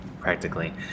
practically